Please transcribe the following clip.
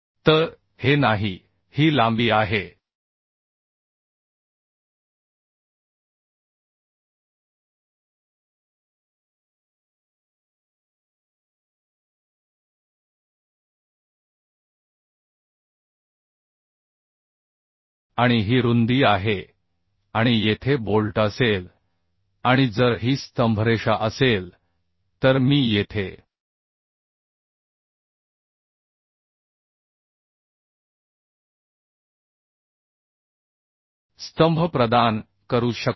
तर हे नाही ही लांबी आहे आणि ही रुंदी आहे आणि येथे बोल्ट असेल आणि जर ही स्तंभरेषा असेल तर मी येथे स्तंभ प्रदान करू शकतो